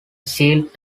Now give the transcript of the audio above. shield